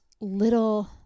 little